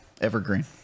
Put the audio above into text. Evergreen